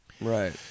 Right